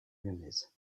lyonnaise